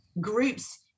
groups